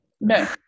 No